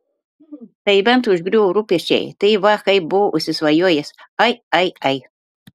tai bent užgriuvo rūpesčiai tai va kaip buvo užsisvajojęs ai ai ai